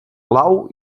blau